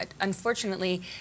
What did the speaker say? unfortunately